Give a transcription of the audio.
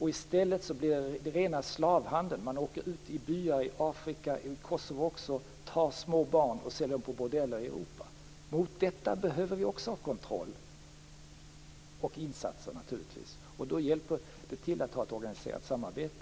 I stället blir det rena slavhandel. Man åker ut i byar i Afrika och också i Kosovo, tar småbarn och säljer dem på bordeller i Europa. Mot detta behöver vi också kontroll och insatser. Då hjälper det till att ha ett organiserat samarbete.